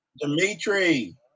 Dimitri